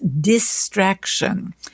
distraction